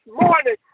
morning